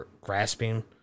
grasping